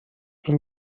این